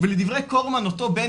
ולדברי קורמן אותו בן,